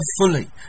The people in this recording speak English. fully